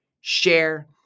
share